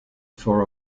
for